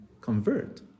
convert